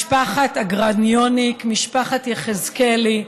משפחת אגרניוניק, משפחת יחזקאלי,